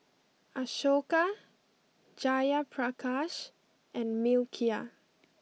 Ashoka Jayaprakash and Milkha